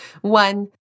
One